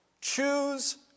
Choose